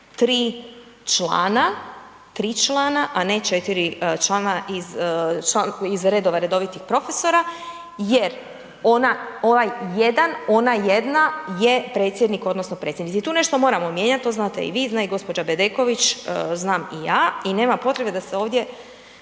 3 člana a ne 4 člana iz redova redovitih profesora jer ovaj jedan, ona jedna je predsjednik odnosno predsjednica i tu nešto mijenjati, to znate i vi, zna i gđa. Bedeković, znam i ja i nema potrebe da se ovdje